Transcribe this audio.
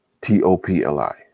t-o-p-l-i